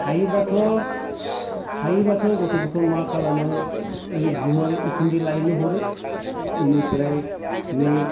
हायोबाथ' गथ'फोरखौ मा खालामो ओइ जुमाइ उखुन्दै लायनो हरो बेनिफ्राय नै